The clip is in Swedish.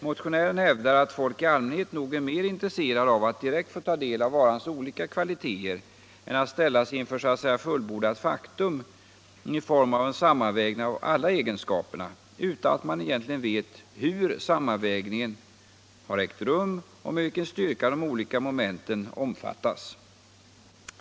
Motionären hävdar att folk i allmänhet nog är mera intresserade av att direkt få ta del av varans olika kvaliteter än att ställas inför så att säga fullbordat faktum i form av en sammanvägning av alla egenskaperna, utan att man egentligen vet hur sammanvägningen ägt rum och med vilken styrka de olika momenten omfattas.